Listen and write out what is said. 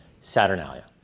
Saturnalia